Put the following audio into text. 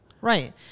Right